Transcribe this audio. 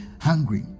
hungry